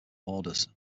orders